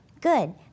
Good